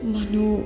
Manu